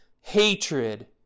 hatred